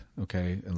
okay